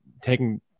taking